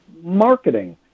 marketing